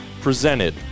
presented